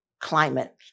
climate